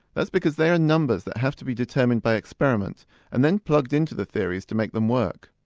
that's because they are numbers that have to be determined by experiment and then plugged into the theories to make them work.